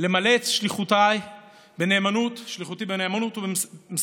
למלא את שליחותי בנאמנות ובמסירות,